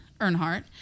Earnhardt